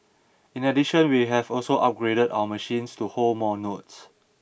in addition we have also upgraded our machines to hold more notes